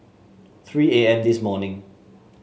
three A M this morning